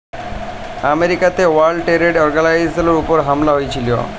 আমেরিকাতে world trade অর্গালাইজেশলের উপর হামলা হঁয়েছিল